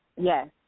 Yes